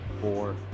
four